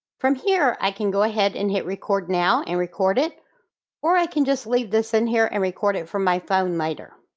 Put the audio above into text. from here i can go ahead and hit record now and record it or i can just leave this in here and record from my phone later